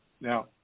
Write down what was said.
Now